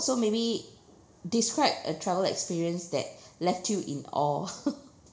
so maybe describe a travel experience that left you in awe